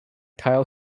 tile